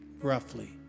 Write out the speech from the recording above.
roughly